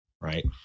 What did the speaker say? right